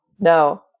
No